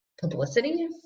Publicity